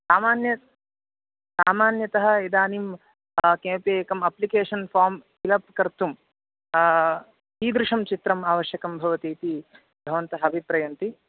सामान्यं सामान्यतः इदानीं किमपि एकम् अप्लिकेशन् फार्म् फ़िलप् कर्तुं कीदृशं चित्रम् आवश्यकं भवति इति भवन्तः अभिप्रयन्ति